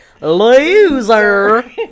loser